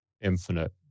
infinite